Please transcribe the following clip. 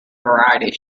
variety